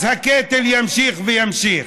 אז הקטל יימשך ויימשך.